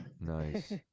Nice